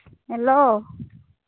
hello